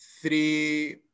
three